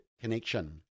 connection